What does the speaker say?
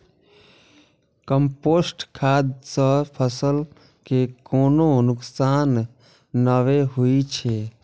compost खाद सं फसल कें कोनो नुकसान नै होइ छै